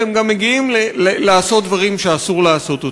והם גם מגיעים לעשות דברים שאסור לעשות אותם.